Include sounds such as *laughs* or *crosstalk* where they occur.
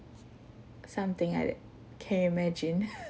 something like that can you imagine *laughs*